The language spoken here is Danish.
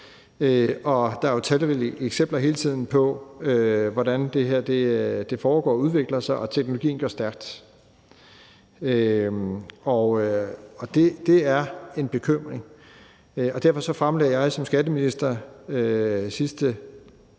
der er jo hele tiden talrige eksempler på, hvordan det her foregår og udvikler sig, og teknologien går stærkt. Det er en bekymring, og derfor fremsatte jeg som skatteminister sidst